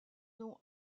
nom